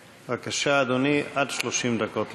בבקשה, אדוני, עד 30 דקות לרשותך.